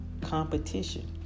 competition